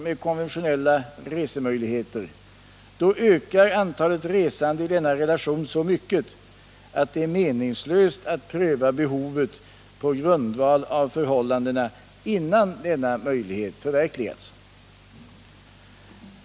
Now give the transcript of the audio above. med konventionella resemöjligheter ökar antalet resande i denna relation så mycket att det är meningslöst att pröva behovet på grundval av förhållandena innan denna möjlighet förverkligas.